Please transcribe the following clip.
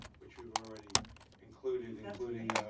which we've already included, and including ah